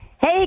Hey